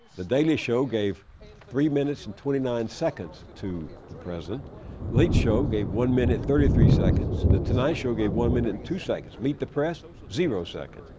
the daily show gave three minutes and twenty nine seconds to the president, the late show gave one minute, thirty three seconds, the tonight show gave one minute and two seconds. meet the press? so so zero seconds.